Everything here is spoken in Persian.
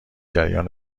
جریان